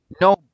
no